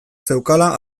zeukala